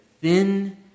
thin